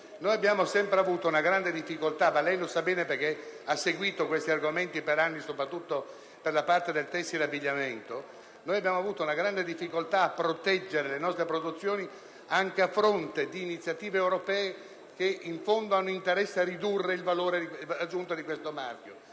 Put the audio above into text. Noi abbiamo sempre avuto grande difficoltà ‑ lei lo sa bene, perché ha seguito questi argomenti per anni - soprattutto per quanto riguarda il settore del tessile e dell'abbigliamento, a proteggere le nostre produzioni, anche a fronte di iniziative europee che, in fondo, hanno interesse a ridurre il valore aggiunto di questo marchio.